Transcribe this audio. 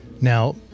now